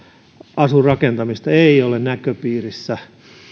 asuinrakentamista ei ole näköpiirissä